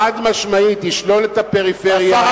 חד-משמעית ישלול את הפריפריה.